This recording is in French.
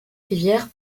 rivière